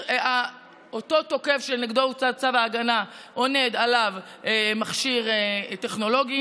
אותו תוקף שנגדו הוצא צו הגנה עונד עליו מכשיר טכנולוגי,